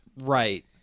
Right